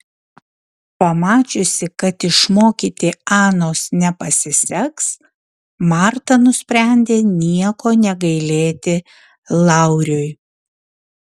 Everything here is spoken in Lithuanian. pamačiusi kad išmokyti anos nepasiseks marta nusprendė nieko negailėti lauriui